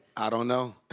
i don't know.